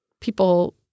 people